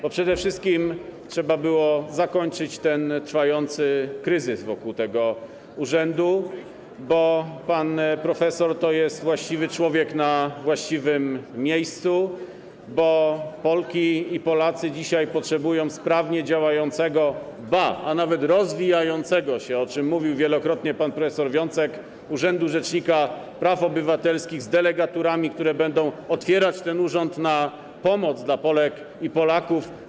Bo przede wszystkim trzeba było zakończyć trwający kryzys wokół tego urzędu, bo pan profesor to jest właściwy człowiek na właściwym miejscu, bo Polki i Polacy dzisiaj potrzebują sprawnie działającego, rozwijającego się, o czym mówił wielokrotnie pan prof. Wiącek, urzędu rzecznika praw obywatelskich z delegaturami, które będą otwierać ten urząd na pomoc dla Polek i Polaków.